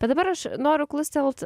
bet dabar aš noriu klustelt